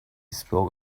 spoke